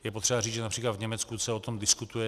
Je potřeba říct, že například v Německu se o tom diskutuje.